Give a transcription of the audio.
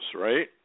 right